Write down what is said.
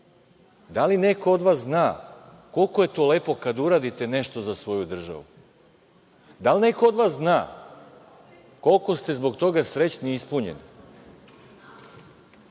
Da li neko od vas zna koliko je to lepo kada uradite nešto za svoju državu? Da li neko od vas zna koliko ste zbog toga srećni i ispunjeni?